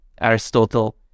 Aristotle